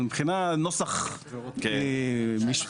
אבל מבחינת נוסח מקצועי,